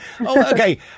Okay